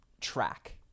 track